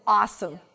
awesome